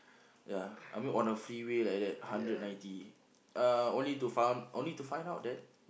ya I mean on a freeway like that hundred ninety uh only to find only to find out that